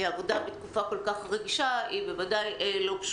עבודה בתקופה כל כך רגישה היא לא פשוטה,